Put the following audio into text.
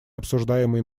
обсуждаемый